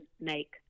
make